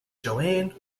joanne